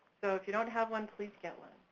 so if you don't have one, please get one.